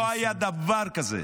לא היה דבר כזה.